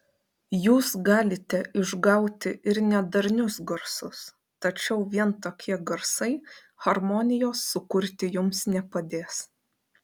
jūs galite išgauti ir nedarnius garsus tačiau vien tokie garsai harmonijos sukurti jums nepadės